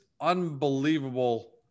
unbelievable